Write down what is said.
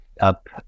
up